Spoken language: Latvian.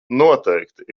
noteikti